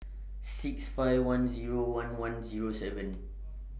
six five one Zero one one Zero seven